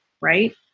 right